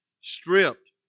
stripped